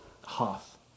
Hoth